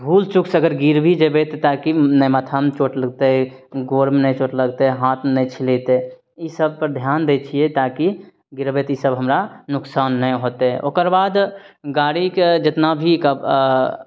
भूलचूक सँ अगर गिर भी जेबै ताकि नहि माथा शमे चोट लगतै गोरमे नहि चोट लगतै हाथमे नहि छिलेतै ईसब पर ध्यान दै छियै ताकि गिरबै तऽ ईसब हमरा नुकसान नहि होतै ओकरबाद गाड़ीके जितना भी का